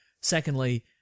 Secondly